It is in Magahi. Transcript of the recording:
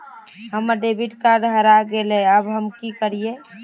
हमर डेबिट कार्ड हरा गेले अब हम की करिये?